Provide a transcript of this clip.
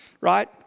right